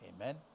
Amen